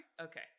Okay